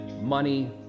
money